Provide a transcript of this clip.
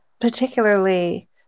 particularly